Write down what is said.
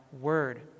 word